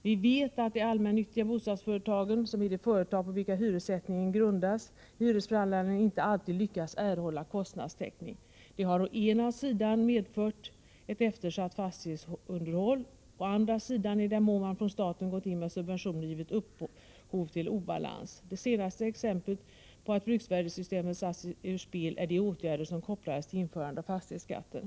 Vi vet att de allmännyttiga bostadsföretagen, som är de företag på vilka hyressättningen grundas, i hyresförhandlingarna inte alltid lyckas erhålla kostnadstäckning. Det har å ena sidan medfört ett eftersatt fastighetsunderhåll. Å andra sidan, i den mån man från staten gått in med subventioner, har det givit upphov till obalans. Det senaste exemplet på att bruksvärdessystemet satts ur spel är de åtgärder som kopplades till införandet av fastighetsskatten.